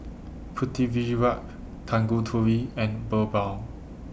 Pritiviraj Tanguturi and Birbal